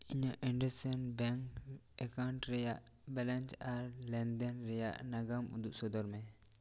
ᱤᱧᱟᱹᱜ IndusInd bank account ᱨᱮᱭᱟᱜ balance ᱟᱨ ᱞᱮᱱᱫᱮᱱ ᱨᱮᱭᱟᱜ ᱱᱟᱜᱟᱢ ᱩᱫᱩᱜ ᱥᱚᱫᱚᱨ ᱢᱮ